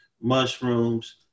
mushrooms